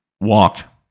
walk